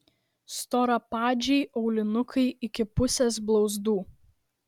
storapadžiai aulinukai iki pusės blauzdų